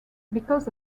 because